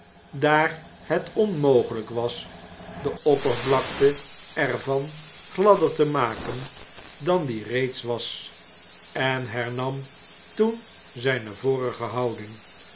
daar het onmogelijk was de oppervlakte er van gladder te maken dan die reeds was en nernam toen zijne vorige houding